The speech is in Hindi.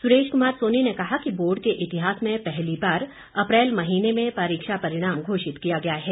सुरेश कुमार सोनी ने कहा कि बोर्ड के इतिहास में पहली बार अप्रैल महीने में परीक्षा परिणाम घोषित किया गया है